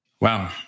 Wow